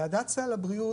ועדת סל הבריאות,